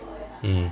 mm